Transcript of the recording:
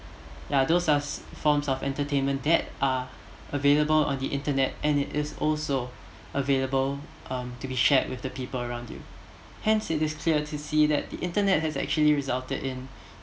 ya those are forms of entertainment that are available on the internet and it's also available um to be shared with the people around you hence it is clear to see that the internet has actually resulted in